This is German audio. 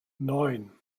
neun